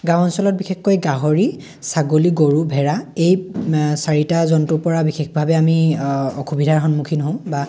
গাঁও অঞ্চলত বিশেষকৈ গাহৰি ছাগলী গৰু ভেড়া এই চাৰিটা জন্তুৰ পৰা বিশেষভাৱে আমি অসুবিধাৰ সন্মুখীন হওঁ বা